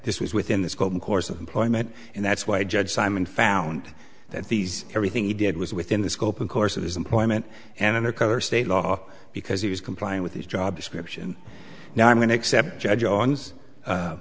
this was within the scope of course of employment and that's why judge simon found that these everything he did was within the scope of course of his employment and under cover state law because he was complying with his job description now i'm going to a